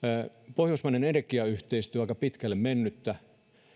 pohjoismainen energiayhteistyö on aika pitkälle mennyttä